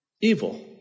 evil